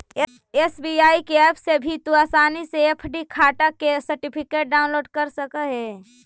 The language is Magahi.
एस.बी.आई के ऐप से भी तू आसानी से एफ.डी खाटा के सर्टिफिकेट डाउनलोड कर सकऽ हे